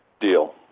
deal